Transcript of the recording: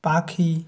পাখি